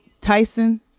Tyson